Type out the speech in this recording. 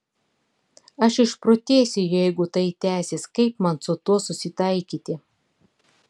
aš išprotėsiu jeigu tai tęsis kaip man su tuo susitaikyti